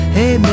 Hey